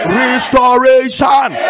restoration